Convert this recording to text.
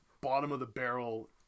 bottom-of-the-barrel